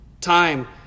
Time